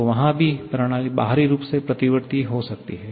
तो वहाँ भी प्रणाली बाहरी रूप से प्रतिवर्ती हो सकती है